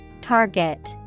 Target